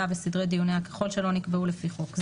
וסדרי דיוניה ככל שלא נקבעו לפי חוק זה"